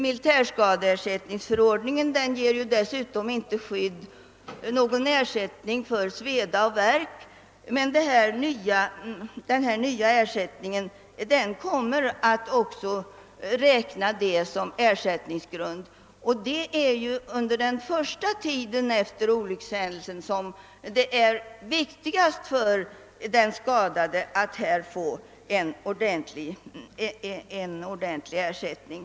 Militärskadeersättningsförordningen ger dessutom inte någon ersättning för sveda och värk, medan den nya förordningen däremot kommer att räkna detta som ersättningsgrund. Det är uppenbarligen viktigast för den skadade att det under den första tiden efter olyckshändelsen utbetalas en väl tilltagen ersättning.